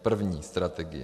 První strategie.